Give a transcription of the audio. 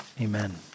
amen